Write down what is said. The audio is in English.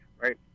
right